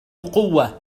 قوة